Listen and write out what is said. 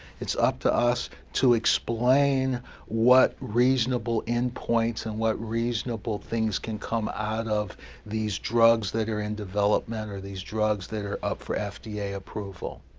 it's up to us to explain what reasonable endpoints and what reasonable things can come out of these drugs that are in development or these drugs that are up for fda approval.